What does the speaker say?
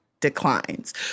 declines